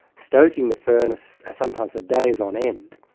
stoking the furnace sometimes for days on end,